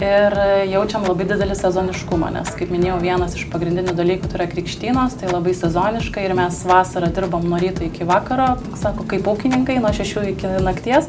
ir jaučiam labai didelį sezoniškumą nes kaip minėjau vienas iš pagrindinių dalykų tai yra krikštynos tai labai sezoniška ir mes vasarą dirbam nuo ryto iki vakaro sako kaip ūkininkai nuo šešių iki nakties